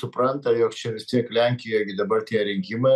supranta jog čia vis tiek lenkijoj gi dabar tie rinkimai